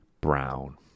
Brown